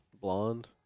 blonde